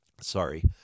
Sorry